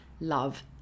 love